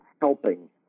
helping